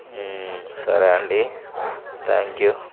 సరే అండి thank you